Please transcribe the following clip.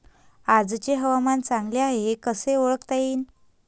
आजचे हवामान चांगले हाये हे कसे ओळखता येईन?